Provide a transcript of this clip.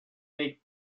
make